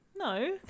no